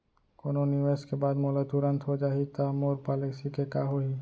कोनो निवेश के बाद मोला तुरंत हो जाही ता मोर पॉलिसी के का होही?